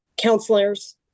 counselors